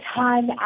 time